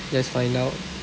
let's find out